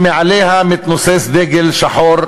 שמעליה מתנוסס דגל שחור,